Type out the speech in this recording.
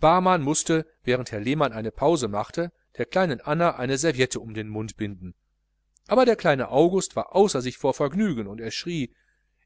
barmann mußte während herr lehmann eine pause machte der kleinen anna eine serviette um den mund binden aber der kleine august war außer sich vor vergnügen und er schrie